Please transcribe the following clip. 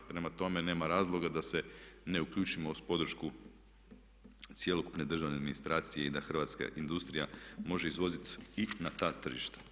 Prema tome nema razloga da se ne uključimo uz podršku cjelokupne državne administracije i da hrvatska industrija može izvoziti i na ta tržišta.